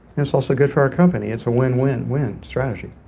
and it's also good for our company. it's a win-win-win strategy